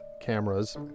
cameras